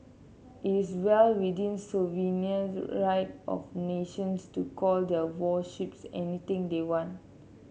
it's well within sovereign right of nations to call their warships anything they want